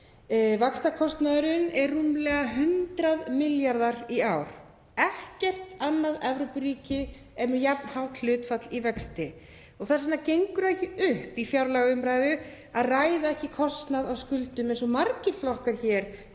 vaxtakostnaðurinn, er rúmlega 100 milljarðar í ár. Ekkert annað Evrópuríki er með jafn hátt hlutfall í vexti og þess vegna gengur ekki upp í fjárlagaumræðu að ræða ekki kostnað af skuldum eins og margir flokkar hér